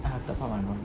ah aku tak faham ah